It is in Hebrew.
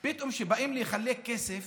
ופתאום, כשבאים לחלק כסף